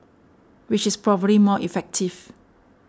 which is probably more effective